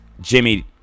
Jimmy